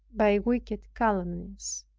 by wicked calumnies,